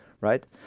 right